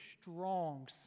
strong